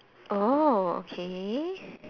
oh okay